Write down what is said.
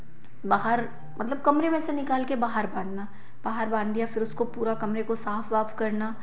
बाहर मतलब कमरे में से निकाल कर बाहर बाँधना बाहर बाँध दिया फिर उसको पूरा कमरे को साफ़ वाफ करना